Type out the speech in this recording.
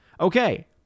Okay